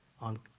on